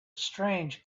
strange